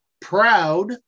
proud